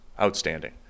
Outstanding